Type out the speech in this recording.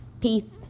Peace